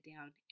down